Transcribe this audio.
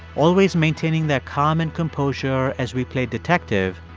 always maintaining their calm and composure as we played detective,